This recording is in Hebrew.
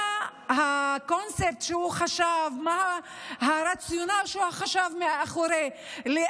מה הקונספט שחשבו, מה הרציונל מאחורי מה שחשבו.